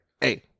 hey